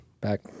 back